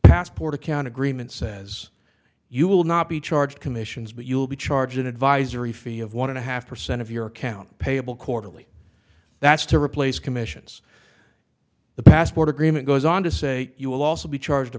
passport account agreement says you will not be charged commissions but you'll be charged an advisory fee of one and a half percent of your account payable quarterly that's to replace commissions the passport agreement goes on to say you will also be charged a